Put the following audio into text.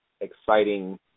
exciting